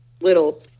little